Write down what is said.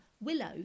Willow